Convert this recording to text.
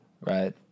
right